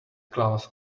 glass